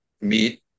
meet